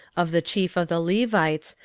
of the chief of the levites,